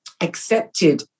accepted